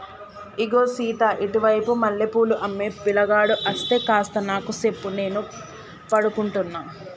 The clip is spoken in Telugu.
ఇగో సీత ఇటు వైపు మల్లె పూలు అమ్మే పిలగాడు అస్తే కాస్త నాకు సెప్పు నేను పడుకుంటున్న